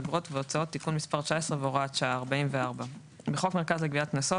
אגרות והוצאות (תיקון מס' 19 והוראת שעה) 44.בחוק מרכז לגביית קנסות,